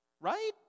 right